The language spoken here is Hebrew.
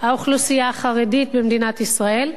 האוכלוסייה החרדית במדינת ישראל,